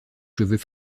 cheveux